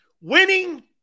Winning